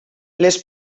les